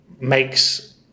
makes